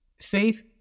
faith